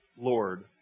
Lord